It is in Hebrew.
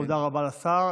תודה רבה לשר.